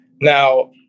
now